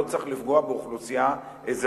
לא צריך לפגוע באוכלוסייה אזרחית,